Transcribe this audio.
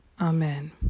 Amen